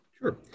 Sure